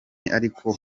ariko